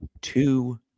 two